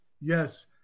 yes